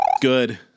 good